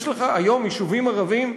יש לך היום יישובים ערביים,